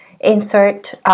insert